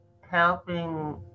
helping